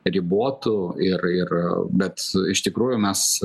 ribotų ir ir bet iš tikrųjų mes